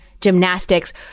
gymnastics